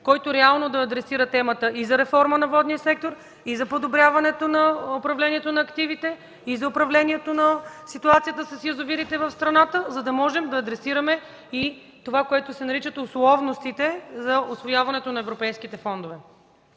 който реално да адресира темата и за реформа на Водния сектор, и за подобряване управлението на активите, и за управлението на ситуацията с язовирите в страната, за да можем да адресираме и това, което се наричат условности за усвояването на европейските фондове.